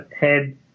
head